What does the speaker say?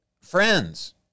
Friends